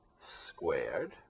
squared